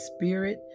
spirit